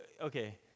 okay